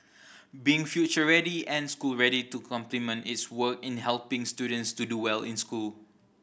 being future ready and school ready to complement its work in helping students to do well in school